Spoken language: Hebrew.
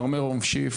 מר מירום שיף